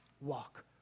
walk